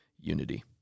unity